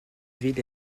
ville